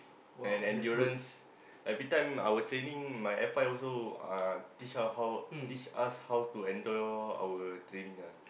and endurance every time our training my F_I also uh teach us how teach us how to endure our training ah